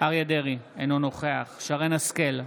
אריה מכלוף דרעי, אינו נוכח שרן מרים השכל,